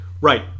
Right